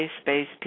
space